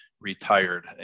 retired